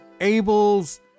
Abel's